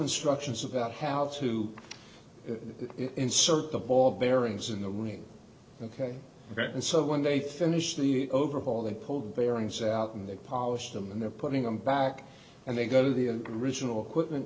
instructions about how to insert the ball bearings in the ring ok and so when they finish the overhaul and pull bearings out and they polish them and they're putting them back and they go to the original equipment